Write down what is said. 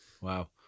Wow